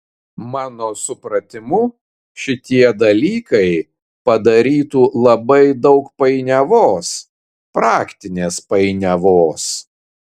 mano supratimu šitie dalykai padarytų labai daug painiavos praktinės painiavos